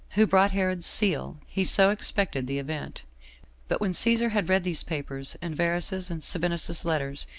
who brought herod's seal, he so expected the event but when caesar had read these papers, and varus's and sabinus's letters,